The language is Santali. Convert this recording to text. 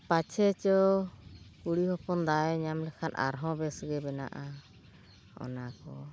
ᱯᱟᱪᱮᱫ ᱪᱚ ᱠᱩᱲᱤ ᱦᱚᱯᱚᱱ ᱫᱟᱣᱮ ᱧᱟᱢ ᱞᱮᱠᱷᱟᱱ ᱟᱨᱦᱚᱸ ᱵᱮᱥᱜᱮ ᱵᱮᱱᱟᱜᱼᱟ ᱚᱱᱟᱠᱚ